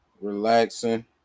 relaxing